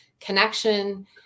connection